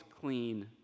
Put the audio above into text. clean